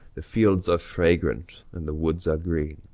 the fields are fragrant, and the woods are green.